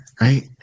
right